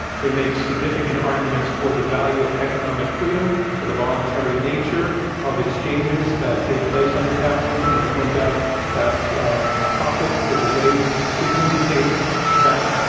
they make significant arguments for the value of economic freedom for the voluntary nature of exchanges that take place under capitalism. and they point out that profit is a way to indicate that,